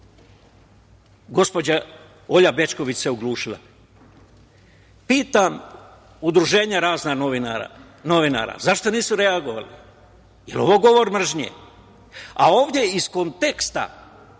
Gospođa Olja Bećković se oglušila. Pitam razna udruženja novinara zašto nisu reagovali, je li ovo govor mržnje, a ovde iz konteksta